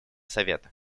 совета